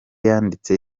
yanditse